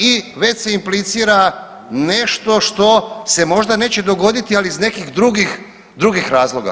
I već se implicira nešto što se možda neće dogoditi, ali iz nekih drugih razloga.